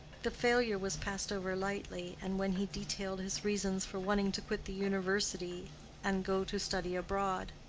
the failure was passed over lightly, and when he detailed his reasons for wishing to quit the university and go to study abroad,